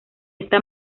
esta